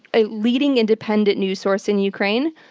a leading independent news source in ukraine,